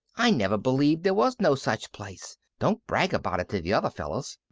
i never believed there was no such place. don't brag about it to the other fellows.